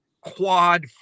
quad